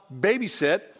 babysit